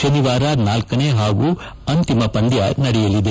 ಶನಿವಾರ ನಾಲ್ನನೇ ಹಾಗೂ ಅಂತಿಮ ಪಂದ್ಯ ನಡೆಯಲಿದೆ